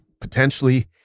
Potentially